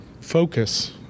focus